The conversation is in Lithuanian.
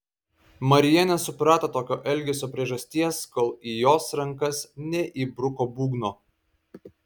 marija nesuprato tokio elgesio priežasties kol į jos rankas neįbruko būgno